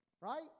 Right